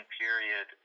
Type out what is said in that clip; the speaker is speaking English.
period